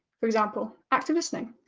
for example, active listening.